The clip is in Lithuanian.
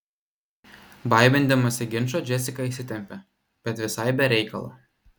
baimindamasi ginčo džesika įsitempė bet visai be reikalo